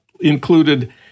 included